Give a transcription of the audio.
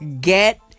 Get